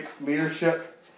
leadership